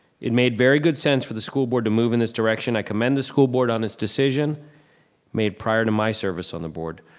it made very good sense for the school board to move in this direction. i commend the school board on its decision made prior to my service on the board.